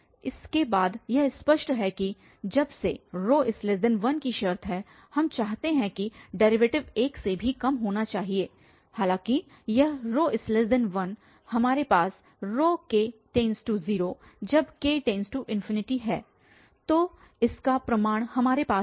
इस के बाद यह स्पष्ट है कि जब से 1 कि शर्त है हम चाहते हैं कि डेरीवेटिव 1 से भी कम होना चाहिए हालांकि यह 1 हमारे पास k→0जब k→∞ है तो इसका प्रमाण हमारे पास है